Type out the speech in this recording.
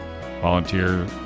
Volunteer